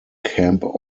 camp